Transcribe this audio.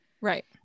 right